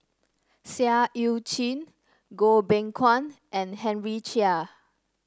Seah Eu Chin Goh Beng Kwan and Henry Chia